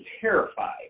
terrified